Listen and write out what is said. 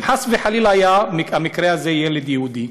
אם חס וחלילה המקרה הזה היה של ילד יהודי,